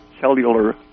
cellular